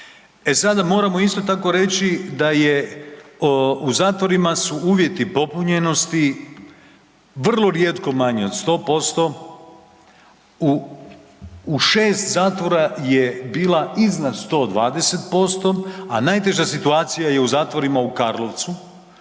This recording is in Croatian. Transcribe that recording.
E sada moramo isto tako reći da je, u zatvorima su uvjeti popunjenosti vrlo rijetko manji od 100%, u, u 6 zatvora je bila iznad 120%, a najteža situacija je u zatvorima u Karlovcu,